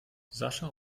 sascha